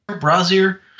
brazier